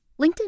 LinkedIn